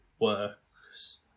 works